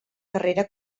carrera